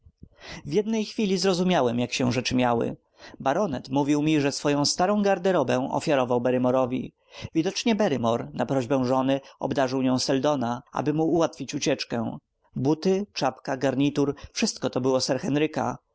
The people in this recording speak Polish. w jednej chwili zrozumiałem jak się rzeczy miały baronet mówił mi że swoją starą garderobę ofiarował barrymorowi widocznie barrymore na prośbę żony obdarzył nią seldona aby mu ułatwić ucieczkę buty czapka garnitur wszystko było